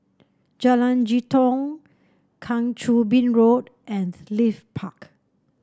Jalan Jitong Kang Choo Bin Road and Leith Park